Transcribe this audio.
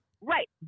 right